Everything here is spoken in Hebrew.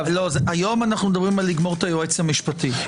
היום אנחנו מדברים על לגמור את היועץ המשפטי.